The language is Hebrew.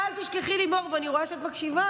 אל תשכחי, לימור, ואני רואה שאת מקשיבה,